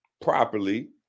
properly